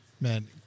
Man